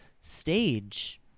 stage